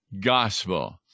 gospel